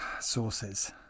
sources